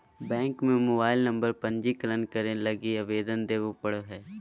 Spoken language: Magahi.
बैंक में मोबाईल नंबर पंजीकरण करे लगी आवेदन देबे पड़ो हइ